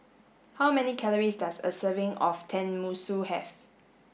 how many calories does a serving of Tenmusu have